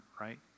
right